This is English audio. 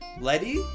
Letty